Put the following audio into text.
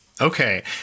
Okay